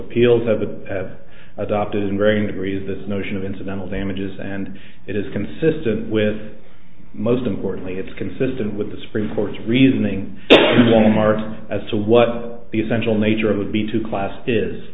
appeals have to have adopted in varying degrees this notion of incidental damages and it is consistent with most importantly it's consistent with the supreme court's reasoning walmart's as to what the essential nature would be to class is